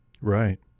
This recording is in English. right